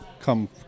come